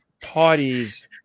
parties